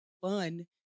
fun